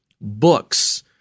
books